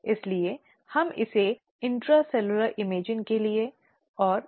और उन्हें कैसे स्थानांतरित करने के लिए जाना है